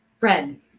Red